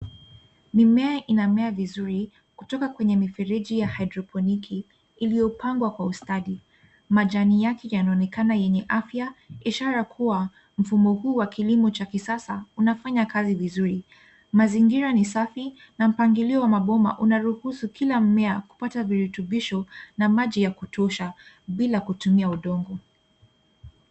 Mimea inamea vizuri kutoka kwenye mifereji ya hydroponiki, Iliyopangwa kwa ustadi. Majani yake yanaonekana yenye afya, ishara kuwa mfumo huu wa kilimo cha kisasa, unafanya kazi vizuri. Mazingira ni safi na mpangilio wa mabomba, unarohusu kila mmea kupata virutubisho na maji ya kutosha bila kutumia udongo.